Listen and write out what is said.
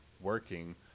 working